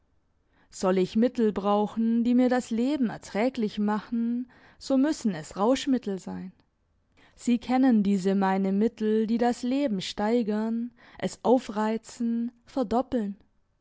soll ich mittel brauchen die mir das leben erträglich machen so müssen es rauschmittel sein sie kennen diese meine mittel die das leben steigern es aufreizen verdoppeln